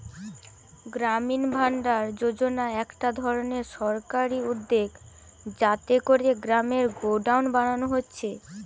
গ্রামীণ ভাণ্ডার যোজনা একটা ধরণের সরকারি উদ্যগ যাতে কোরে গ্রামে গোডাউন বানানা হচ্ছে